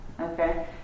Okay